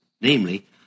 Namely